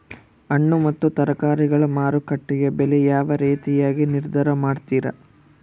ಹಣ್ಣು ಮತ್ತು ತರಕಾರಿಗಳ ಮಾರುಕಟ್ಟೆಯ ಬೆಲೆ ಯಾವ ರೇತಿಯಾಗಿ ನಿರ್ಧಾರ ಮಾಡ್ತಿರಾ?